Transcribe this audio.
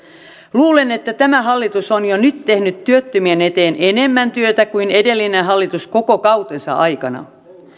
luulen että tämä hallitus on jo nyt tehnyt työttömien eteen enemmän työtä kuin edellinen hallitus koko kautensa aikana